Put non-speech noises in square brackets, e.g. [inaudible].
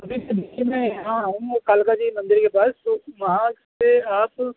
ابھی تو دہلی میں [unintelligible] میں کالکا جی مندر کے پاس تو وہاں سے آپ